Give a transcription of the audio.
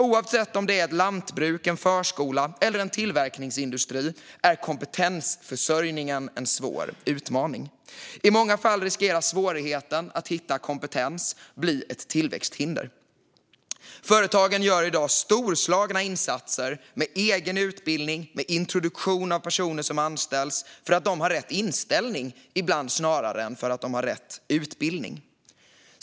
Oavsett om det är ett lantbruk, en förskola eller en tillverkningsindustri är kompetensförsörjningen en svår utmaning. I många fall riskerar svårigheten med att hitta rätt kompetens att bli ett tillväxthinder. Företagen gör i dag storslagna insatser med egen utbildning och introduktion av personer som anställs snarare för att de har rätt inställning än för att de har rätt utbildning.